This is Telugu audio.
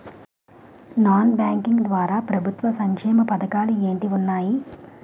నాన్ బ్యాంకింగ్ ద్వారా ప్రభుత్వ సంక్షేమ పథకాలు ఏంటి ఉన్నాయి?